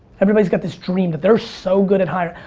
everybody's got this dream that they're so good at hiring.